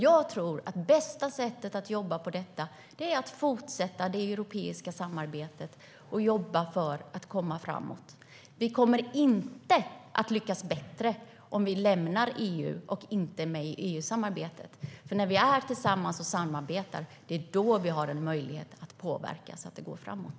Jag tror att det bästa sättet att jobba på detta är att fortsätta det europeiska samarbetet och arbeta för att komma framåt. Vi kommer inte att lyckas bättre om vi lämnar EU och inte är med i EU-samarbetet. När vi är tillsammans och samarbetar, det är då vi har en möjlighet att påverka så att det hela går framåt.